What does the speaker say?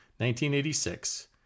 1986